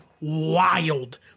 wild